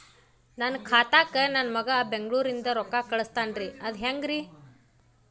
ನನ್ನ ಖಾತಾಕ್ಕ ನನ್ನ ಮಗಾ ಬೆಂಗಳೂರನಿಂದ ರೊಕ್ಕ ಕಳಸ್ತಾನ್ರಿ ಅದ ಹೆಂಗ್ರಿ?